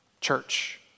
church